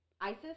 ISIS